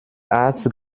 arzt